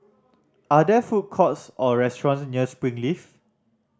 are there food courts or restaurants near Springleaf